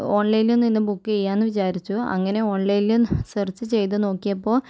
ഓണ്ലൈനില് നിന്നും ബുക്ക് ചെയ്യാമെന്ന് വിചാരിച്ചു അങ്ങനെ ഓണ്ലൈനിൽ സെര്ച്ച് ചെയ്തു നോക്കിയപ്പോൾ